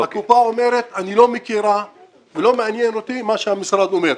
הקופה אומרת שהיא לא מכירה ולא מעניין אותה מה שהמשרד אומר.